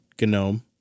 GNOME